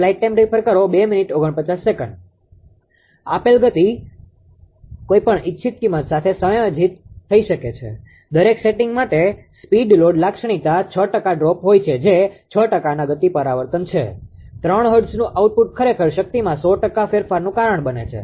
આપેલ ગતિ કોઈપણ ઇચ્છિત કિંમત સાથે સમાયોજિત થઈ શકે છે દરેક સેટિંગ માટે સ્પીડ લોડ લાક્ષણિકતા 6 ટકા ડ્રોપ હોય છે જે 6 ટકાના ગતિ પરિવર્તન છે 3 હર્ટ્ઝનુ આઉટપુટ ખરેખર શક્તિમાં 100 ટકા ફેરફારનું કારણ બને છે